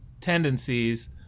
tendencies